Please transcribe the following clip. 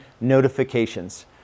notifications